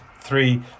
three